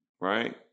right